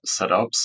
setups